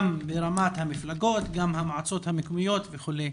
גם ברמת המפלגות וגם במועצות המקומיות וכולי.